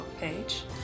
page